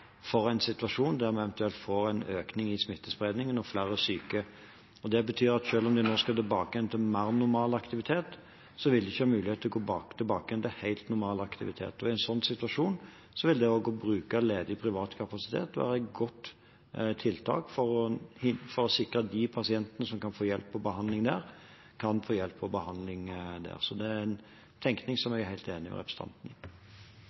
for en situasjon der vi eventuelt får en økning i smittespredningen og flere syke. Det betyr at selv om de nå skal tilbake til mer normal aktivitet, vil de ikke ha mulighet til å gå tilbake til helt normal aktivitet. I en slik situasjon vil det å bruke ledig kapasitet være et godt tiltak for å sikre at de pasientene som kan få hjelp og behandling der, kan få hjelp og behandling der. Det er en tenkning som jeg er helt enig med representanten i.